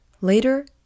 Later